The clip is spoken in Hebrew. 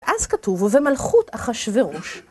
אז כתוב, ובמלכות אחשורוש.